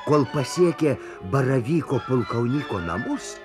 kol pasiekė baravyko pulkaunyko namus